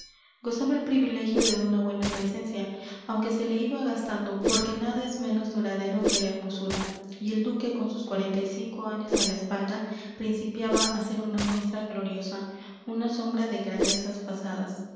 gozaba el privilegio de una buena presencia aunque se le iba gastando porque nada es menos duradero que la hermosura y el duque con sus cuarenta y cinco años a la espalda principiaba a ser una muestra gloriosa una sombra de grandezas pasadas